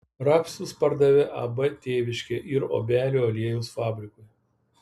rapsus pardavė ab tėviškė ir obelių aliejaus fabrikui